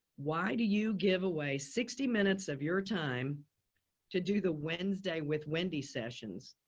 why do you give away sixty minutes of your time to do the wednesday with wendy sessions?